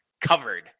covered